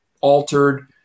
altered